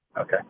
Okay